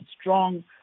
strong